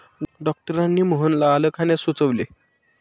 डॉक्टरांनी मोहनला आलं खाण्यास सुचविले